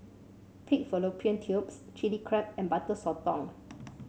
Pig Fallopian Tubes Chili Crab and Butter Sotong